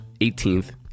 18th